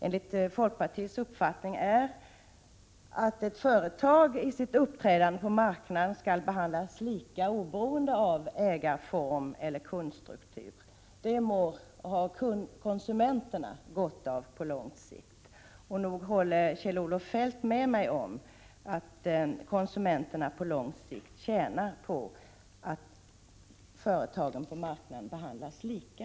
Enligt folkpartiets uppfattning mår konsumenterna gott av att företag på marknaden behandlas lika oberoende av ägarform. Nog håller Kjell-Olof Feldt med om att konsumenterna på lång sikt tjänar på att företagen på marknaden behandlas lika.